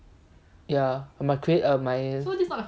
ya I must create err my